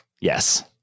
Yes